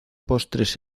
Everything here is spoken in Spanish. postres